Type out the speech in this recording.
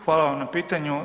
Hvala vam na pitanju.